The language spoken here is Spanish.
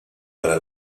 para